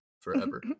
forever